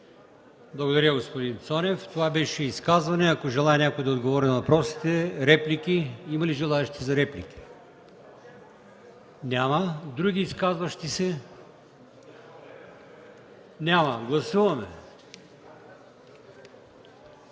Благодаря, господин Цонев. Това беше изказване. Ако желае някой да отговори на въпросите? Има ли желаещи за реплики? Няма. Други изказващи се? Няма. Гласуваме